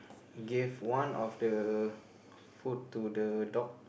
gave one of the food to the dog